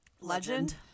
Legend